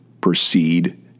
proceed